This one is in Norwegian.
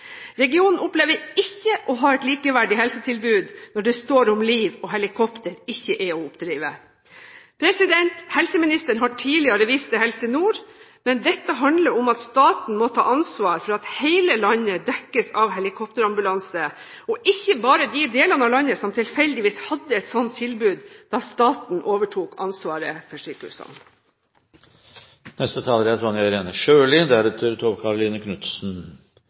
Regionen opplever ikke å ha et likeverdig helsetilbud når det står om liv og helikopter ikke er å oppdrive. Helseministeren har tidligere vist til Helse Nord, men dette handler om at staten må ta ansvar for at hele landet dekkes av helikopterambulanse og ikke bare de delene av landet som tilfeldigvis hadde et slikt tilbud da staten overtok ansvaret for